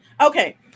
Okay